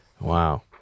Wow